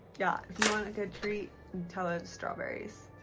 yeah, if you want a good treat nutella and strawberries.